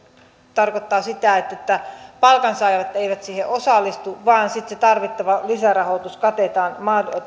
tarkoittaa sitä että palkansaajat eivät siihen osallistu vaan sitten se tarvittava lisärahoitus katetaan